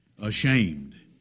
ashamed